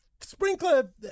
sprinkler